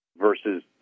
versus